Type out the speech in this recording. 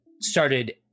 started